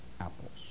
apples